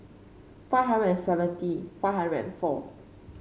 five hundred and seventy five hundred and four